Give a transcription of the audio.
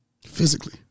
Physically